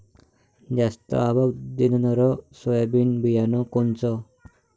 जास्त आवक देणनरं सोयाबीन बियानं कोनचं?